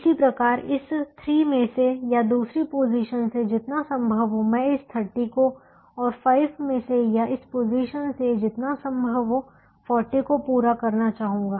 इसी प्रकार इस 3 में से या दूसरी पोजीशन से जितना संभव हो मैं इस 30 को और 5 में से या इस पोजीशन से जितना संभव हो 40 को पूरा करना चाहूंगा